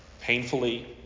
painfully